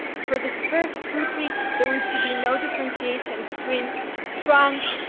for this first fruit tree, there was to be no differentiation between trunk,